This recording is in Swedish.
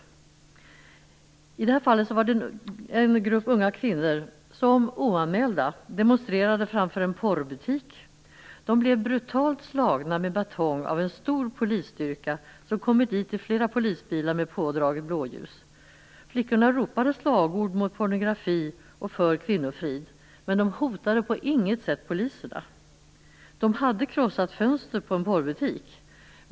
I det här fallet var det en grupp unga kvinnor som oanmälda demonstrerade framför en porrbutik. De blev brutalt slagna med batong av en stor polisstyrka som kommit dit i flera polisbilar med pådraget blåljus. Flickorna ropade slagord mot pornografi och för kvinnofrid, men de hotade på intet sätt poliserna. De hade krossat fönstret på en porrbutik.